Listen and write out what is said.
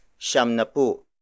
shamnapu